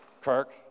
Kirk